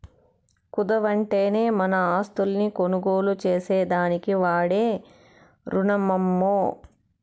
కుదవంటేనే మన ఆస్తుల్ని కొనుగోలు చేసేదానికి వాడే రునమమ్మో